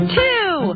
two